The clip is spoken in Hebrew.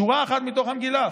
שורה אחת מתוך המגילה,